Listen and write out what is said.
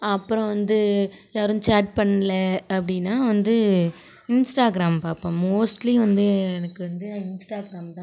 அப்புறம் வந்து யாரும் சேட் பண்ணல அப்படினா வந்து இன்ஸ்டாகிராம் பார்ப்பேன் மோஸ்ட்லி வந்து எனக்கு வந்து இன்ஸ்டாகிராம் தான் பார்ப்பேன்